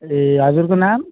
ए हजुरको नाम